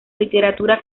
literatura